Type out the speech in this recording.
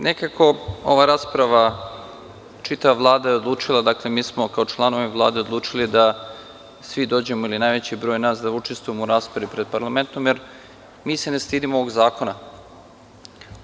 Nekako, ova rasprava, čitava Vlada je odlučila, mi smo kao članovi Vlade odlučili da svi dođemo ili najveći broj nas, da učestvujemo u raspravi pred parlamentom jer mi se ne stidimo ovog zakona jer.